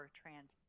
trans